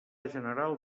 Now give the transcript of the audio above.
general